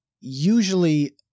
usually